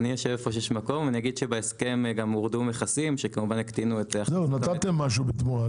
בהסכם גם הורדו מכסים שהקטינו -- נתתם משהו בתמורה,